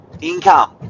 income